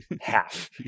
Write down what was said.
Half